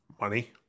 Money